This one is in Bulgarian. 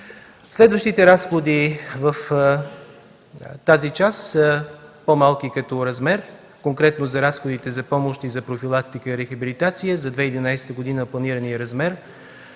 Следващите разходи в тази част са по-малки като размер. Конкретно такива са разходите за помощи за профилактика и рехабилитация. За 2011 г. планираният размер